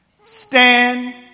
Stand